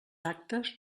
actes